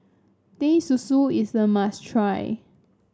Teh Susu is a must try